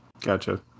gotcha